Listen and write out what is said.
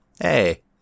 hey